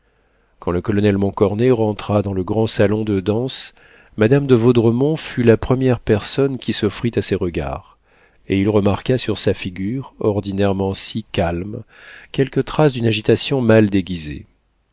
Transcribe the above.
quand le colonel montcornet rentra dans le grand salon de danse madame de vaudremont fut la première personne qui s'offrit à ses regards et il remarqua sur sa figure ordinairement si calme quelques traces d'une agitation mal déguisée